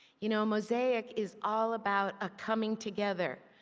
you know mosaic is all about a coming together,